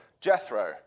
Jethro